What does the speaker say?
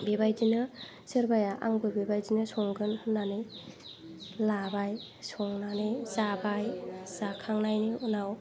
बेबायदिनो सोरबाया आंबो बेबायदिनो संगोन होननानै लाबाय संनानै जाबाय जाखांनायनि उनाव